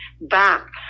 back